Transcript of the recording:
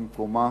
היא במקומה.